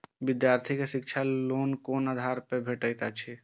विधार्थी के शिक्षा लोन कोन आधार पर भेटेत अछि?